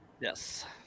Yes